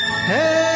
Hey